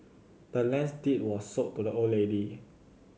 the land's deed was sold to the old lady